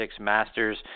Masters